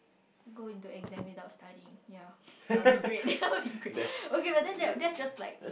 go into exam without studying yeah that would be great that would be great but then that's just like